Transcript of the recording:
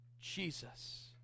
Jesus